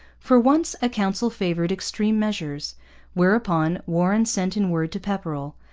for once a council favoured extreme measures whereupon warren sent in word to pepperrell,